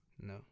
No